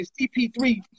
CP3